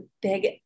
big